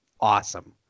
awesome